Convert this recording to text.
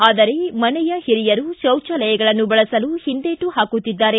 ಆದರೆ ಮನೆಯ ಹಿರಿಯರು ಶೌಜಾಲಯಗಳನ್ನು ಬಳಸಲು ಒಂದೇಟು ಹಾಕುತ್ತಿದ್ದಾರೆ